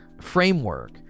framework